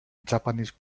japanese